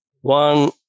One